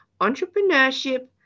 entrepreneurship